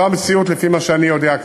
זו המציאות לפי מה שאני יודע.